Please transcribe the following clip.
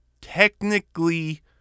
technically